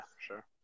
sure